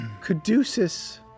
Caduceus